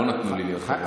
לא נתנו לי להיות חבר ועדה,